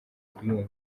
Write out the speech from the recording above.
kuyumva